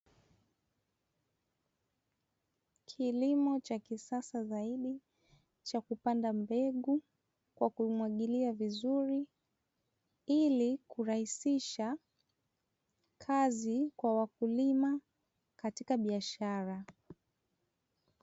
Kilimo cha kisasa zaidi cha kupanda mbegu kwa kuimwagilia vizuri, ili kurahisisha kazi kwa wakulima katika biashara.